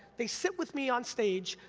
they sit with me on stage,